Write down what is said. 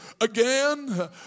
again